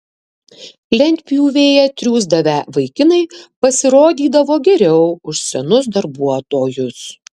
lentpjūvėje triūsdavę vaikinai pasirodydavo geriau už senus darbuotojus